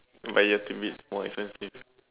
but you have to be more experienced